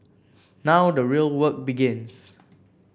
now the real work begins